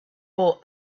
bought